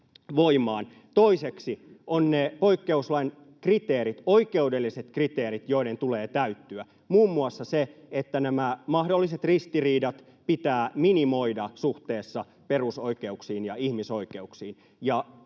Toiseksi ovat ne poikkeuslain kriteerit, oikeudelliset kriteerit, joiden tulee täyttyä, muun muassa se, että nämä mahdolliset ristiriidat pitää minimoida suhteessa perusoikeuksiin ja ihmisoikeuksiin.